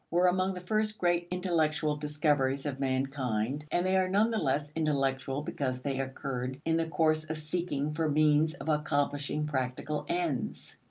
were among the first great intellectual discoveries of mankind, and they are none the less intellectual because they occurred in the course of seeking for means of accomplishing practical ends.